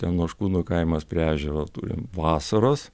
ten noškūnų kaimas prie ežero vasaros